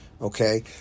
Okay